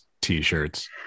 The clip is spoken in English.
T-shirts